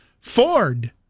Ford